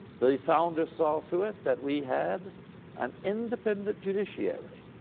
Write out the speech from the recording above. the founders saw to it that we had an independent judiciary.